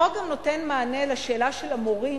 החוק גם נותן מענה לשאלה של המורים,